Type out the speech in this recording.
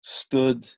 stood